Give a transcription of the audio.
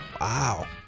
Wow